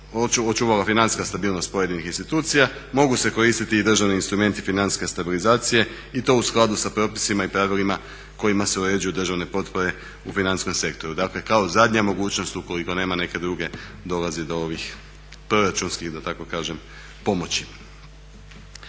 očuvala financijska stabilnost pojedinih institucija mogu se koristiti i državni instrumenti financijske stabilizacije i to u skladu sa propisima i pravilima kojima se uređuju državne potpore u financijskom sektoru, dakle kao zadnja mogućnost ukoliko nema neke druge dolazi do ovih proračunskih da tako kažem pomoći.